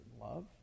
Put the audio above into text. love